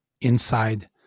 inside